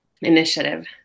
initiative